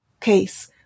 case